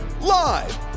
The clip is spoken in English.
Live